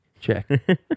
check